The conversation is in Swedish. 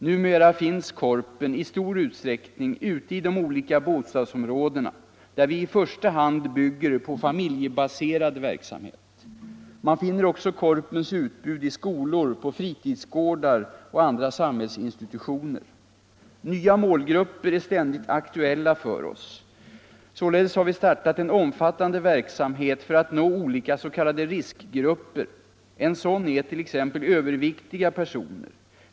Numera finns Korpen i stor utsträckning ute i de olika bostadsområdena, där vi i första hand bygger på familjebaserad verksamhet. Man finner också Korpens utbud i skolor, på fritidsgårdar och andra samhällsinstitutioner. Nya målgrupper är ständigt aktuella för oss. Således har vi startat en omfattande verksamhet för att nå olika s.k. riskgrupper. En sådan är t.ex. överviktiga personer.